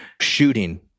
shooting